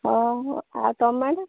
ଓ ହଉ ଆଉ ଟୋମାଟୋ